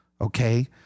Okay